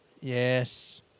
Yes